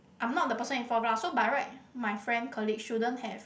I'm not the person involved lah so by right my friend colleague shouldn't have